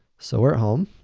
so we're at home,